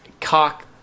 cock